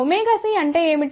c అంటే ఏమిటి